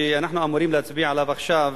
שאנחנו אמורים להצביע עליו עכשיו,